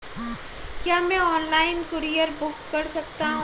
क्या मैं online courier book कर सकता हूँ?